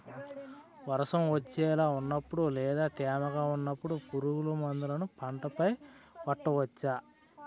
వర్షం వచ్చేలా వున్నపుడు లేదా తేమగా వున్నపుడు పురుగు మందులను పంట పై కొట్టవచ్చ?